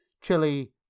Chili